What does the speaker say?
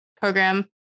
program